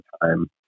time